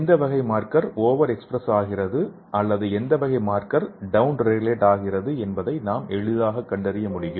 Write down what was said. எந்த வகை marker over express ஆகிறது அல்லது எந்த வகை மார்க்கர் டவுன் ரெகுலேட் ஆகிறது என்பதை நாம் எளிதாகக் கண்டறிய முடியும்